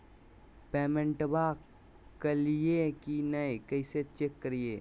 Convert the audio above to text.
पेमेंटबा कलिए की नय, कैसे चेक करिए?